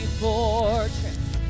fortress